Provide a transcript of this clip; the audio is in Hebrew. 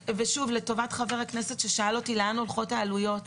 לטובת חבר הכנסת ששאל אותי לאן הולכות העלויות,